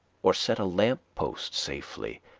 or set a lamp-post safely,